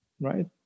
right